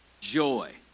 joy